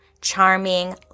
charming